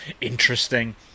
interesting